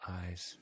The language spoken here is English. eyes